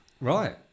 Right